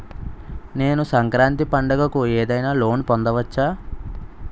నేను సంక్రాంతి పండగ కు ఏదైనా లోన్ పొందవచ్చా?